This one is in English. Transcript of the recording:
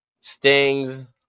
Sting's